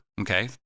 okay